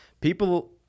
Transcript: People